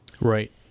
Right